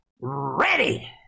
ready